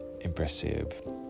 impressive